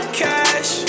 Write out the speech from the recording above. cash